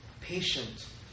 patient